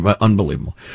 Unbelievable